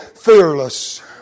Fearless